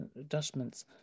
adjustments